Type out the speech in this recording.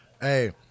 Hey